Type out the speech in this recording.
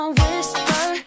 whisper